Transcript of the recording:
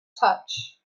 touch